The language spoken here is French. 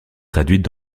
traduites